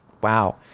wow